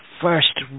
first